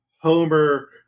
Homer